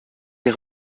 des